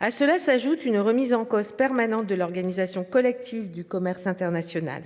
À cela s'ajoute une remise en cause permanente de l'organisation collective du commerce international.